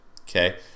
Okay